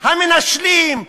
המנשלים,